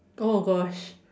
oh gosh